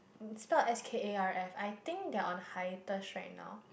spelt S K A R F I think they are on hiatus right now